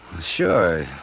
Sure